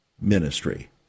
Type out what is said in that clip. ministry